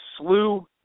slew